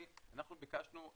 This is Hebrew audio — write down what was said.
אנחנו ביקשנו,